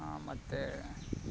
ಮತ್ತೆ